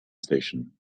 station